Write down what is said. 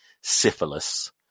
syphilis